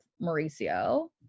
Mauricio